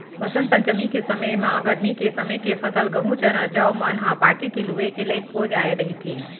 बसंत पंचमी के समे म गरमी के समे के फसल गहूँ, चना, जौ मन ह पाके के लूए के लइक हो जाए रहिथे